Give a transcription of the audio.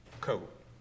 coat